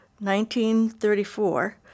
1934